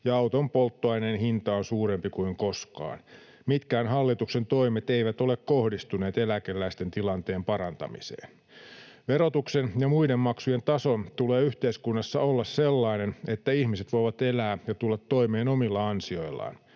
ja auton polttoaineen hinta on suurempi kuin koskaan. Mitkään hallituksen toimet eivät ole kohdistuneet eläkeläisten tilanteen parantamiseen. Verotuksen ja muiden maksujen tason tulee yhteiskunnassa olla sellainen, että ihmiset voivat elää ja tulla toimeen omilla ansioillaan.